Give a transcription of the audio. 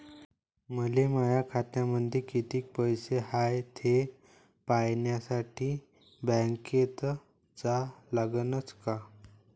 मले माया खात्यामंदी कितीक पैसा हाय थे पायन्यासाठी बँकेत जा लागनच का?